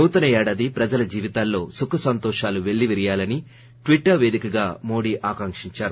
నూతన ఏడాది ప్రజల జీవితాల్లో సుఖసంతోషాలు పేల్లవిరియాలని ట్విట్లర్ వేదికగా మోద్ ఆకాంకించారు